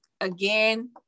again